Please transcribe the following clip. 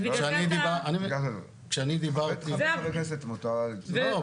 אז בגלל זה אתה -- כשאני דיברתי -- לחבר כנסת מותר לה -- לא,